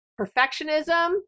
Perfectionism